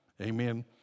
Amen